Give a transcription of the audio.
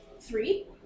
Three